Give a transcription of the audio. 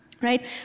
Right